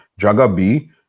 Jagabi